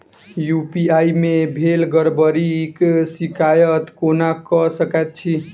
UPI मे भेल गड़बड़ीक शिकायत केना कऽ सकैत छी?